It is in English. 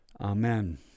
Amen